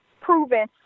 proven